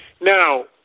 Now